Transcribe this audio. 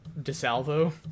DeSalvo